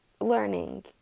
learning